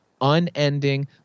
unending